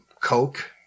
coke